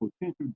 potential